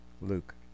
Luke